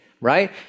right